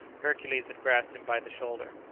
hercules had grasped him by the shoulder.